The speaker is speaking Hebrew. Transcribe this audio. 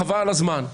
חבל על הזמן.